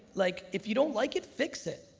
like if you don't like it, fix it.